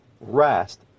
rest